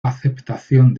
aceptación